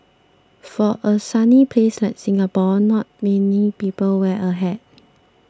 for a sunny place like Singapore not many people wear a hat